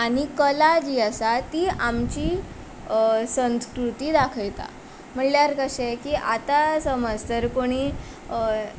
आनी कला जी आसा ती आमची संस्कृती दाखयता म्हणल्यार कशें की आतां समज तर कोणी